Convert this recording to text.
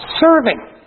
serving